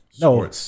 No